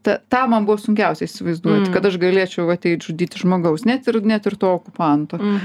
tą tą man buvo sunkiausia įsivaizduoti kad aš galėčiau vat ateit žudyti žmogaus net ir net ir to okupanto